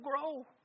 grow